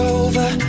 over